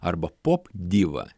arba pop diva